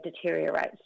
deteriorates